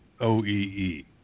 OEE